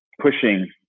pushing